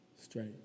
Straight